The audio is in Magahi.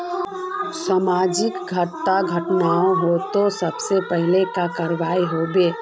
समाज डात घटना होते ते सबसे पहले का करवा होबे?